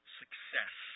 success